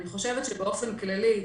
אני חושבת שבאופן כללי,